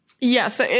Yes